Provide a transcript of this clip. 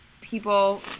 people